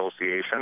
Association